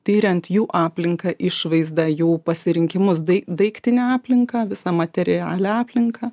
tiriant jų aplinką išvaizdą jų pasirinkimus dai daiktinę aplinką visą materialią aplinką